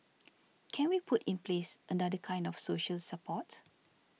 can we put in place another kind of social support